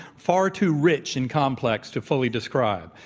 far too rich and complex to fully describe.